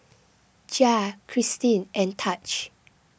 Jair Christin and Taj